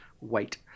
wait